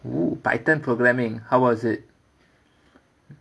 oo python programming how was it